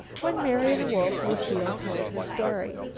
when marian awoke lucile told her story.